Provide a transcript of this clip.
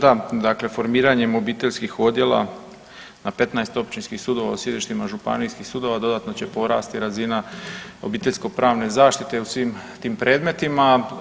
Da, dakle formiranjem obiteljskih odjela na 15 općinskih sudova u sjedištima županijskih sudova dodatno će porasti razina obiteljsko-pravne zaštite u svim tim predmetima.